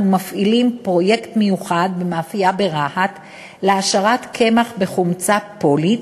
אנחנו מפעילים פרויקט מיוחד במאפייה ברהט להעשרת קמח בחומצה פולית